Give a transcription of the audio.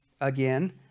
again